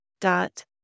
Dot